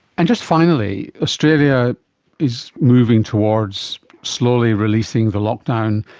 and just finally, australia is moving towards slowly releasing the lockdown,